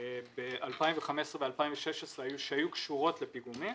ב-2015 וב-2016 שהיו קשורות לפיגומים.